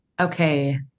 Okay